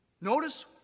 Notice